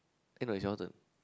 eh no it's your turn